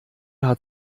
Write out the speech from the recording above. hat